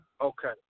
Okay